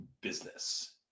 business